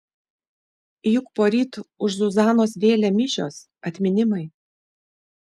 juk poryt už zuzanos vėlę mišios atminimai